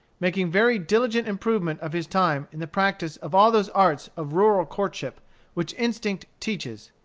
making very diligent improvement of his time in the practice of all those arts of rural courtship which instinct teaches.